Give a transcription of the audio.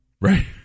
Right